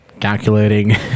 calculating